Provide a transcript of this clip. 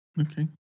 Okay